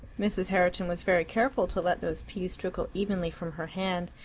mrs. herriton was very careful to let those peas trickle evenly from her hand,